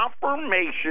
confirmation